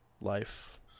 life